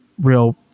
real